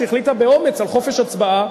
שהחליטה באומץ על חופש הצבעה,